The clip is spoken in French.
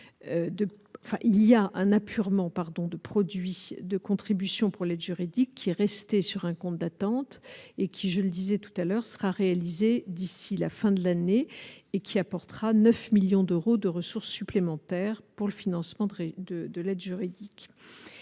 il y a un apurement pardon de produits de contribution pour l'aide juridique, qui restait sur un compte d'attente et qui, je le disais tout à l'heure sera réalisée d'ici la fin de l'année et qui apportera 9 millions d'euros de ressources supplémentaires pour le financement de de l'aide juridique,